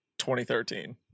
2013